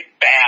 bad